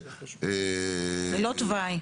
זה לא תוואי.